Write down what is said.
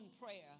prayer